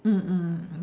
mm mm